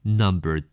number